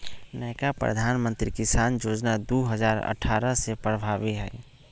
नयका प्रधानमंत्री किसान जोजना दू हजार अट्ठारह से प्रभाबी हइ